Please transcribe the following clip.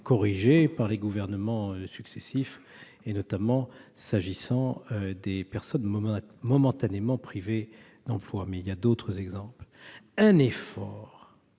corrigés par les gouvernements successifs, notamment s'agissant des personnes momentanément privées d'emploi- mais il y a d'autres exemples -, et